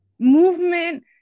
movement